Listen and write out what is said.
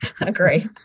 agree